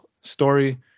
story